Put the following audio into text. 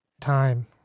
time